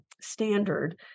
Standard